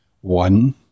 one